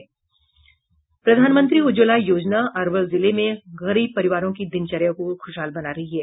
प्रधानमंत्री उज्ज्वला योजना अरवल जिले में गरीब परिवारों की दिनचर्या को खूशहाल बना रही है